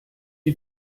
you